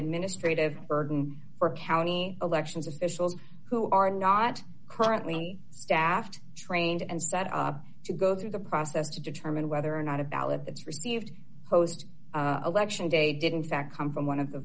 administrative burden for county elections officials who are not currently staffed trained and set to go through the process to determine whether or not a ballot that's received hosed election day didn't fact come from one of the